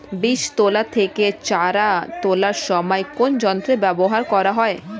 বীজ তোলা থেকে চারা তোলার সময় কোন যন্ত্র ব্যবহার করা হয়?